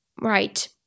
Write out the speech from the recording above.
right